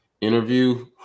interview